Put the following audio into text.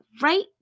right